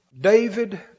David